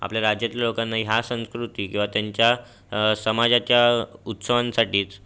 आपल्या राज्यातल्या लोकांना ह्या संस्कृती किंवा त्यांच्या समाजाच्या उत्सवांसाठीच